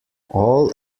all